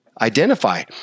identify